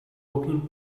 working